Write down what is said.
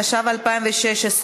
התשע"ו 2016,